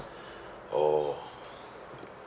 or